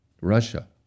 Russia